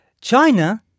China